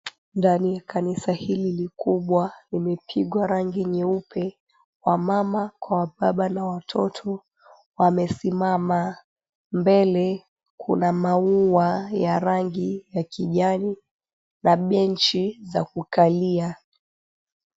Ndani ya kanisa hili likubwa limepigwa rangi nyeupe. Wamama kwa wababa na watoto wamesimama. Mbele kuna maua ya rangi ya kijani na benchi za kukalia.